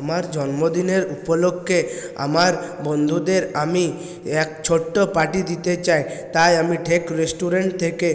আমার জন্মদিনের উপলক্ষে আমার বন্ধুদের আমি এক ছোট্ট পার্টি দিতে চাই তাই আমি ঠেক রেস্টুরেন্ট থেকে